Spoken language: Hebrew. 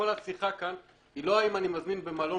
כל השיחה כאן היא לא אם אני מזמין במלון